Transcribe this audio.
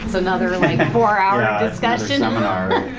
so another like four-hour discussion. um and um